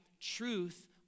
truth